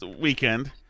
weekend